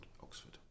Oxford